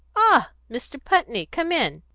ah, mr. putney! come in.